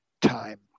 time